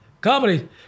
Comedy